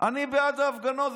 אני בעד ההפגנות.